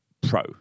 Pro